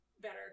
better